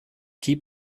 keep